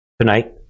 tonight